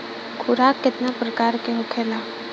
खुराक केतना प्रकार के होखेला?